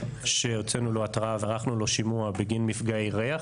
שהוצאנו לא התראה וערכנו לו שימוע בגין מפגעי ריח.